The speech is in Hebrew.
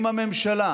אם הממשלה